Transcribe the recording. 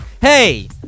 Hey